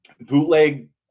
bootleg